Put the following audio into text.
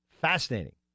fascinating